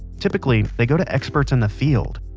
typically they go to experts in the field.